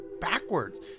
backwards